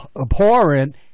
abhorrent